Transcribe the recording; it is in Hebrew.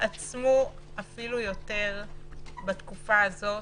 התעצמו אף יותר בתקופה הזאת,